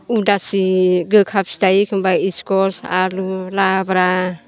उदासि गोखा फिथाइ स्ख'स आलु लाब्रा